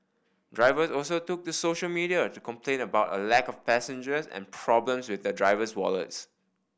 drivers also took to social media to complain about a lack of passengers and problems with their driver's wallets